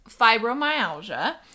fibromyalgia